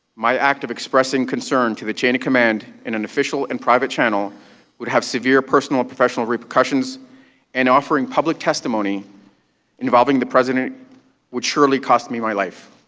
my act of expressing concern to the chain of command in an official and private channel would have severe personal and professional repercussions and offering public testimony involving the president would surely cost me my life.